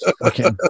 Okay